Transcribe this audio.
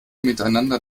miteinander